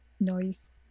Noise